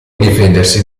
difendersi